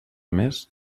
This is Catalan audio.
més